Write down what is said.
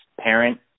parent